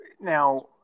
Now